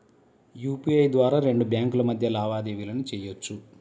UPI ద్వారా రెండు బ్యేంకుల మధ్య లావాదేవీలను చెయ్యొచ్చు